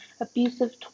abusive